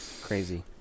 Crazy